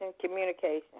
communication